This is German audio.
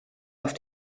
auf